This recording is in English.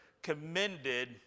commended